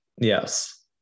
Yes